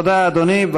תודה, אדוני.